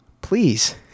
Please